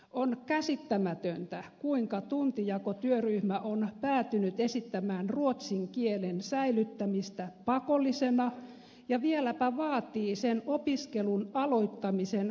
on käsittämätöntä kuinka tuntijakotyöryhmä on päätynyt esittämään ruotsin kielen säilyttämistä pakollisena ja vieläpä vaatii sen opiskelun aloittamisen varhentamista